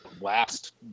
last